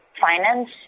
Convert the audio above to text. finance